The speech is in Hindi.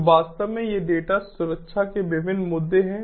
तो वास्तव में ये डेटा सुरक्षा के विभिन्न मुद्दे हैं